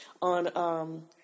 On